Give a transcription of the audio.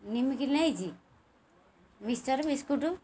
ନିମିକି ନେଇଛି mixture biscuit